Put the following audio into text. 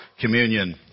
communion